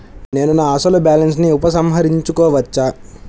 నేను నా అసలు బాలన్స్ ని ఉపసంహరించుకోవచ్చా?